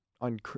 on